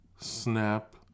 snap